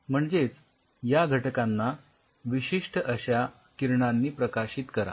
म्हणजेच या घटकांना विशिष्ठ अश्या किरणांनी प्रकाशित करा